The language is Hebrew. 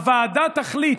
הוועדה תחליט,